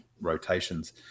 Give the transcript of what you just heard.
rotations